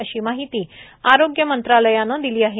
अशी माहिती आरोग्य मंत्रालयानं दिली आहे